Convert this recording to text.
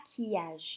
maquillage